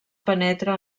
penetra